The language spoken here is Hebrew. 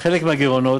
חלק מהגירעונות,